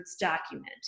document